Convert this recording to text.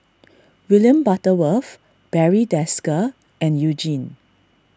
William Butterworth Barry Desker and You Jin